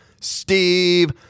Steve